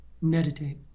meditate